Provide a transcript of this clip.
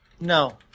No